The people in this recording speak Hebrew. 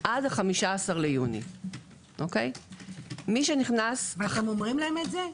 עד 15.6. ואתם אומרים להם את זה?